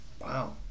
Wow